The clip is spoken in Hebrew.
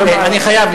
אני חייב,